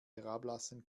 herablassen